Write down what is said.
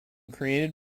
created